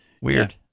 Weird